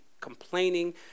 complaining